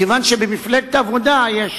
כיוון שבמפלגת העבודה יש